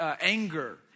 anger